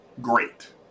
great